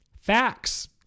Facts